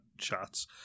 shots